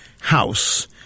House